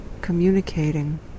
communicating